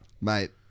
Mate